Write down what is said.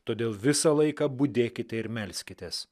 todėl visą laiką budėkite ir melskitės